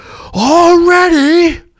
already